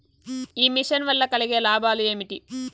ఈ మిషన్ వల్ల కలిగే లాభాలు ఏమిటి?